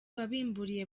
wabimburiye